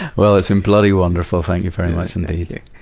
well, it's been bloody wonderful. thank you very much indeed.